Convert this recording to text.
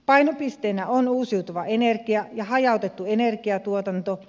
painopisteenä on uusiutuva energia ja hajautettu energiatuotanto